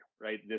Right